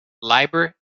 liber